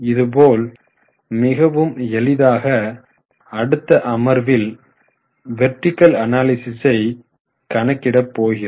இது போல் மிகவும் எளிதாக அடுத்த அமர்வில் வெர்டிகள் அனாலிசிஸை கணக்கிட போகிறோம்